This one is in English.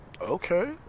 Okay